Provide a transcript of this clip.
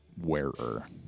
wearer